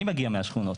אני מגיע מהשכונות.